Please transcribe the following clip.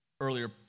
earlier